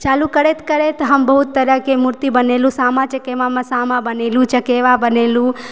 चालू करैत करैत हम बहुत तरह के मूर्ति बनेलहुॅं सामा चकेवामे सामा बनेलहुॅं चकेबा बनेलहुॅं